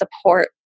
support